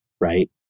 right